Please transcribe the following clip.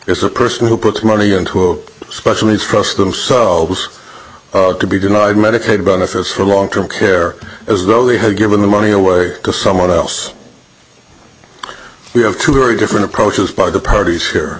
is a person who puts money into a special needs trust themselves to be denied medicaid benefits for long term care as though they had given the money away to someone else we have two very different approaches by the parties here